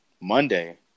Monday